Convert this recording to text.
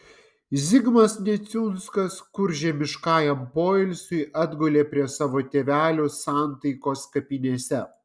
zigmas neciunskas kur žemiškajam poilsiui atgulė prie savo tėvelių santaikos kapinėse